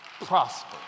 prosper